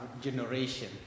generation